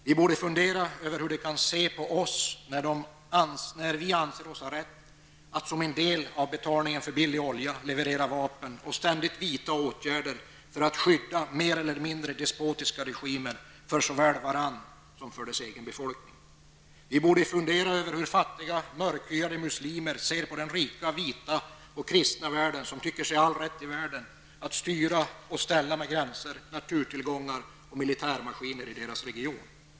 Vi borde fundera över hur de kan se på oss när vi anser oss ha rätt att som en del av betalningen för billig olja leverera vapen och ständigt vidta åtgärder för att skydda mer eller mindre despotiska regimer såväl för varandra som för den egna befolkningen. Vi borde fundera över hur fattiga, mörkhyade muslimer ser på den rika, vita och kristna världen, som tycker sig ha all rätt att styra och ställa med gränser, naturtillgångar och militärmaskiner i muslimernas region.